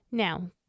Now